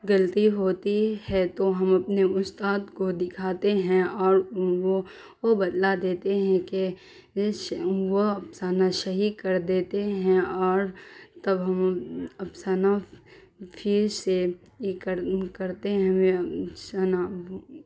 غلطی ہوتی ہے تو ہم اپنے استاد کو دکھاتے ہیں اور وہ وہ بتلا دیتے ہیں کہ وہ افسانہ صحیح کر دیتے ہیں اور تب ہم افسانہ پھر سے کرتے ہیں افسانہ